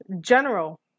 general